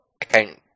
account